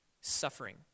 suffering